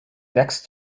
next